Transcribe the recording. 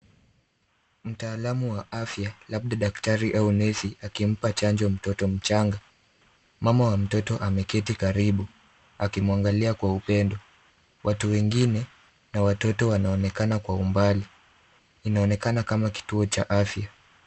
Mtaalamu wa afya, labda daktari au nesi akimpa chanjo mtoto mchanga. Mama wa mtoto ameketi karibu akimwangalia kwa upendo. Watu wengine na watoto wanaonekana kwa umbali. Inaonekana kama kituo cha afya.